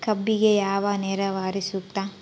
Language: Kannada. ಕಬ್ಬಿಗೆ ಯಾವ ನೇರಾವರಿ ಸೂಕ್ತ?